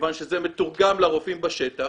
כיוון שזה מתורגם לרופאים בשטח